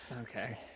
Okay